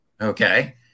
Okay